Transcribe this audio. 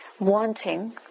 wanting